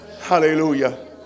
Hallelujah